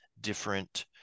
different